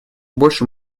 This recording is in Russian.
больше